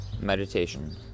meditation